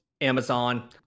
Amazon